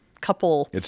couple